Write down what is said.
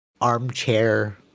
armchair